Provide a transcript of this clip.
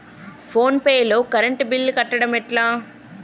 Phone pay లో current bill కట్టడం ఎట్లా?